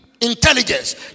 intelligence